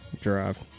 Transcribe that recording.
drive